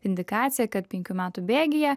indikacija kad penkių metų bėgyje